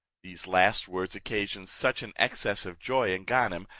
these last words occasioned such an excess of joy in ganem,